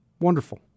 wonderful